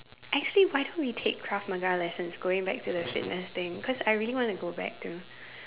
actually why don't we take krav maga lessons going back to the fitness thing cause I really want to go back to